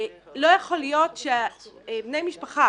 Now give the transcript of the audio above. לא יכול להיות שבני משפחה